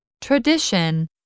Tradition